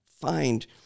find